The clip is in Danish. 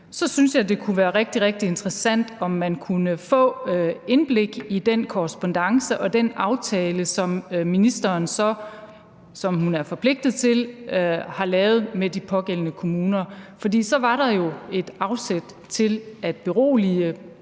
så synes jeg, det kunne være rigtig, rigtig interessant, om man kunne få indblik i den korrespondance og den aftale, som ministeren, sådan som hun er forpligtet til, har lavet med de pågældende kommuner. For så var der jo et afsæt til at berolige